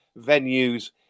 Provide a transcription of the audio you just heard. venues